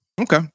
Okay